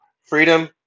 Freedom